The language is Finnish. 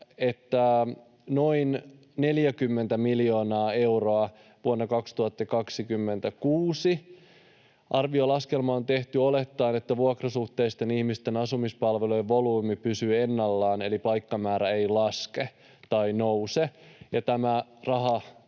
että noin 40 miljoonaa euroa vuonna 2026. Arvio-laskelma on tehty olettaen, että vuokrasuhteisten ihmisten asumispalvelujen volyymi pysyy ennallaan eli paikkamäärä ei laske tai nouse.